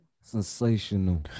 Sensational